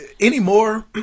anymore